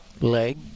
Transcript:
leg